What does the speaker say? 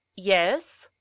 yes?